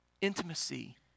Intimacy